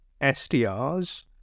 SDRs